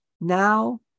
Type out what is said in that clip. now